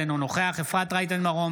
אינו נוכח אפרת רייטן מרום,